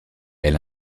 elle